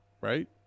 right